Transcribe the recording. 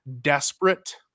desperate